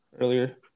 earlier